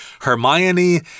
Hermione